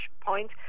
point